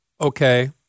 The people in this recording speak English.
okay